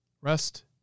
Rest